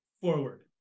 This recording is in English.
forward